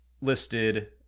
listed